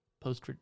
post